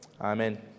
Amen